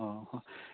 ꯑꯧ ꯍꯣꯏ